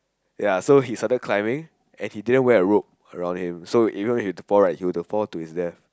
ya so he started climbing and he didn't wear a robe around him so if would have to fall right he will to fall to his death